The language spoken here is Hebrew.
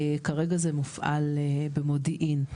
כרגע זה מופעל במודיעין,